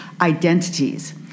identities